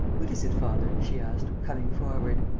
what is it, father? she asked, coming forward.